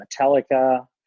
Metallica